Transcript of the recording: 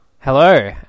Hello